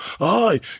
I